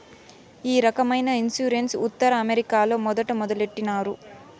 ఈ రకమైన ఇన్సూరెన్స్ ఉత్తర అమెరికాలో మొదట మొదలుపెట్టినారు